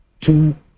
two